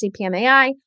CPMAI